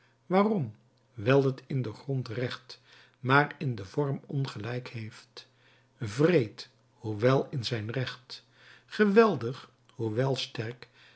waarom wijl het in den grond recht maar in den vorm ongelijk heeft wreed hoewel in zijn recht geweldig hoewel sterk